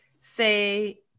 say